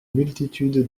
multitude